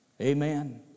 Amen